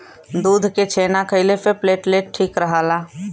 दूध के छेना खइले से प्लेटलेट ठीक रहला